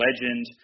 legend